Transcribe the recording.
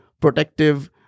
Protective